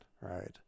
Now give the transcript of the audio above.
right